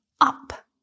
up